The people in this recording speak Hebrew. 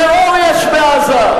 טרור יש בעזה.